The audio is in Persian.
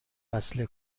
وصله